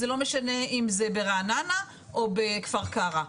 זה לא משנה אם זה ברעננה או בכפר קרע.